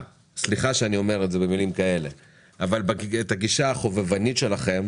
אני מבין שיש פה בעיה אמיתית וזה חלק מסיכום